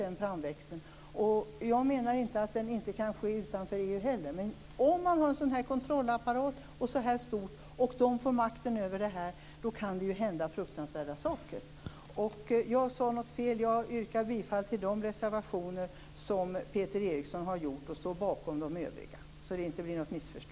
Jag menar inte heller att den inte kan ske utanför EU, men om man har en stor kontrollapparat och de får makten över den kan det hända fruktansvärda saker. Jag sade tydligen fel tidigare, och för att det inte skall bli något missförstånd yrkar jag nu bifall till de reservationer som Peter Eriksson yrkade bifall till och står bakom de övriga.